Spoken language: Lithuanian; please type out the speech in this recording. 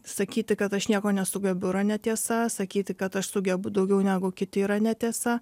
sakyti kad aš nieko nesugebu yra netiesa sakyti kad aš sugebu daugiau negu kiti yra netiesa